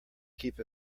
keep